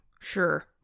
Sure